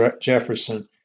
Jefferson